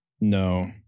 No